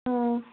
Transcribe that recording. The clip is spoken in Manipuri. ꯑꯥ